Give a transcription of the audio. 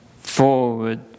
forward